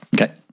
Okay